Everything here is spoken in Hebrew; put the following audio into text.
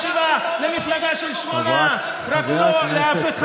דבר אחד לא היה לגיטימי בעיניך,